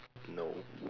no